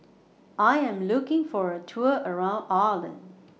I Am looking For A Tour around Ireland